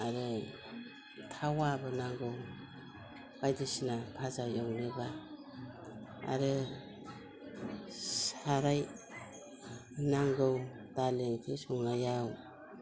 आरो थावाबो नांगौ बायदिसिना फाजा एवनो बा आरो साराइ नांगौ दालि ओंख्रि संनायाव